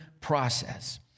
process